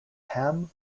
ham